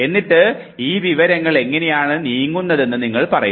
എന്നിട്ട് ഈ വിവരങ്ങൾ ഇങ്ങനെയാണ് നീങ്ങുന്നതെന്ന് നിങ്ങൾ പറയുന്നു